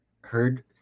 heard